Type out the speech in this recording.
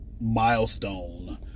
milestone